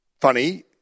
funny